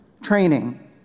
Training